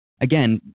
again